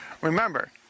Remember